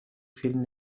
فیلم